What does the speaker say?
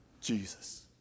Jesus